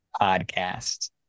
Podcast